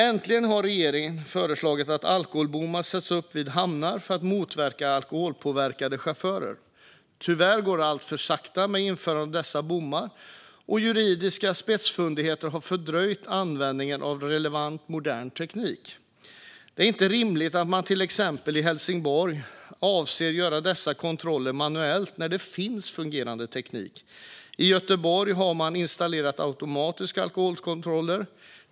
Äntligen har regeringen föreslagit att alkobommar sätts upp vid hamnar för att motverka alkoholpåverkade chaufförer. Tyvärr går införandet av dessa bommar alldeles för sakta, och juridiska spetsfundigheter har fördröjt användningen av relevant modern teknik. Det är inte rimligt att man till exempel i Helsingborg avser att göra dessa kontroller manuellt, när det finns fungerande teknik. I Göteborg har man installerat automatiska alkoholkontroller.